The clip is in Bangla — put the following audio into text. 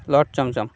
লর্ড চমচম